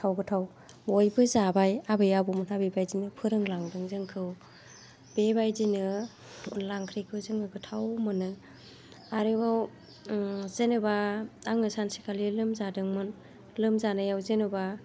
गोथाव गोथाव बयबो जाबाय आबै आबौमोनहा बेबायदिनो फोरोंलांदों जोंखौ बेबायदिनो अनला ओंख्रिखौ जोङो गोथाव मोनो आरोबाव जेनेबा आङो सानसेखालि लोमजादोंमोन लोमजानायाव जेनेबा